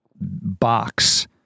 box